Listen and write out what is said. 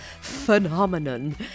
phenomenon